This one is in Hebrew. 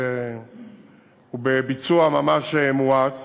שהוא בביצוע ממש מואץ